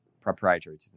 proprietary